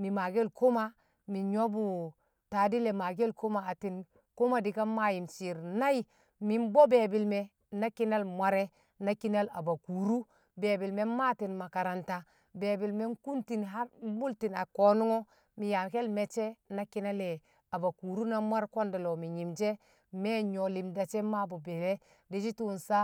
mi maake̱l koma mi nyṵwo̱bṵ taadi le̱ maake̱l koma atti̱n koma di̱kan maa yiim shiir nai, mi̱ mbo̱ be̱e̱bi̱l me̱ na ki̱nal mware na ki̱nal abakuru be̱lbi̱l me, mmaati̱n makaranta be̱e̱bi̱ me̱ nkṵnti̱n kar mbṵlti̱n a ko̱nṵng o̱ mi yaake̱l me̱cce̱ na ki̱na le, abakuru na mwar kwendele mi nyimshi o̱, me̱ nyuwo̱ limda she mmanbṵ beele di̱shi̱ tṵṵ sa